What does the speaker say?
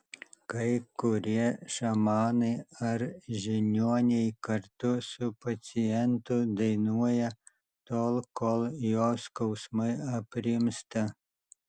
kai kurie šamanai ar žiniuoniai kartu su pacientu dainuoja tol kol jo skausmai aprimsta